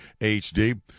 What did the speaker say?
HD